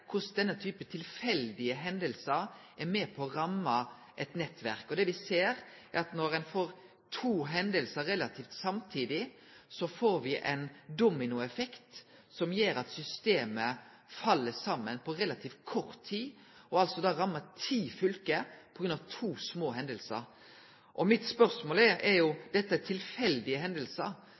korleis denne typen tilfeldige hendingar er med på å ramme eit nettverk. Når ein får to hendingar relativt samtidig, får me ein dominoeffekt som gjer at systemet fell saman på relativt kort tid. Ti fylke blir altså ramma på grunn av to små hendingar. Mine spørsmål er: Dette er tilfeldige